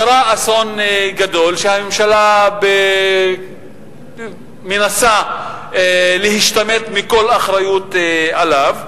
קרה אסון גדול שהממשלה מנסה להשתמט מכל אחריות לו,